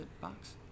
box